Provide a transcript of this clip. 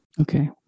Okay